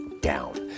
down